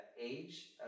age